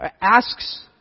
asks